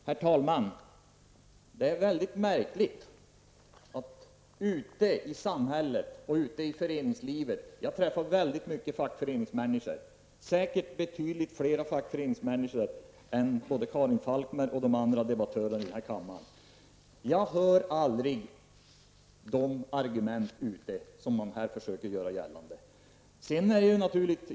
Herr talman! Det är väldigt märkligt att jag ute i samhället och i föreningslivet -- jag träffar väldigt många fackföreningsmänniskor, säkert betydligt fler än både Karin Falkmer och andra debattörer i denna fråga -- aldrig hör sådana argument som ni här försöker göra gällande.